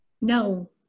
no